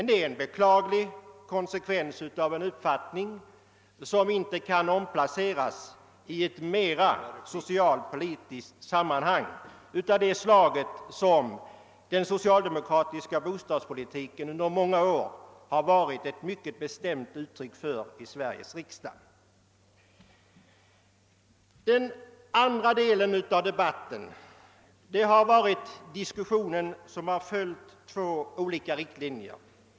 Det är en beklaglig konsekvens av en uppfattning som inte kan inrymmas i ett mera socialpolitiskt sammanhang av det slag som socialdemokraterna i sin bostadspolitik under många år mycket bestämt har arbetat för i Sveriges riksdag. Den andra delen av debatten har utgjorts av en diskussion som följt två olika riktlinjer.